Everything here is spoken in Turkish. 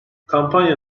kampanya